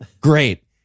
great